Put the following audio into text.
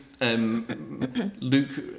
Luke